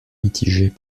mitigée